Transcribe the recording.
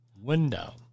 Window